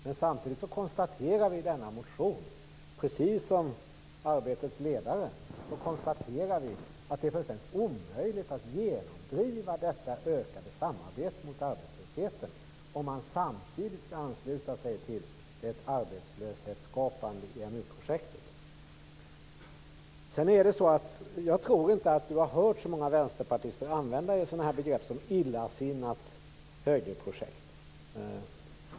Men samtidigt konstaterar vi i motionen, precis som i Arbetets ledare, att det är fullständigt omöjligt att genomdriva detta ökade samarbete mot arbetslösheten om man samtidigt skall ansluta sig till det arbetslöshetsskapande EMU-projektet. Jag tror inte att Sören Lekberg har hört så många vänsterpartister använda begrepp som "illasinnat högerprojekt".